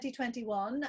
2021